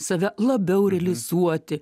save labiau realizuoti